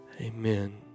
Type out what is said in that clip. amen